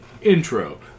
intro